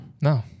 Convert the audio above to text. No